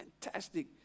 fantastic